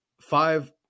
five